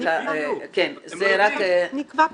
נקבע פגישה.